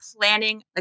planning